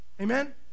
Amen